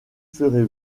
ferez